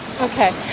Okay